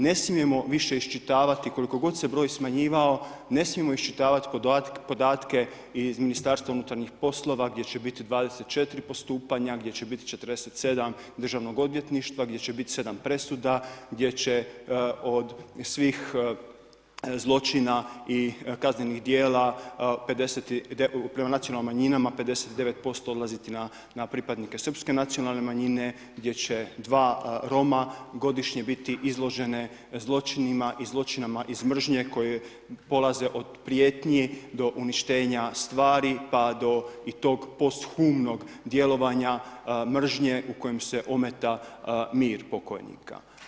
Ne smijemo više iščitavati, koliko god se broj smanjivao, ne smijemo iščitavati podatke iz MUP-a gdje će biti 24 postupanja, gdje će biti 47 državnog odvjetništva, gdje će biti 7 presuda, gdje će od svih zločina i kaznenih djela prema nacionalnim manjinama 59% odlaziti na pripadnike srpske nacionalne manjine, gdje će 2 Roma godišnje biti izložene zločinima i zločinima iz mržnje koje polaze od prijetnji, do uništenja stvari pa do i tog posthumnog djelovanja mržnje u kojem se ometa mir pokojnika.